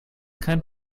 kein